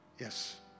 Yes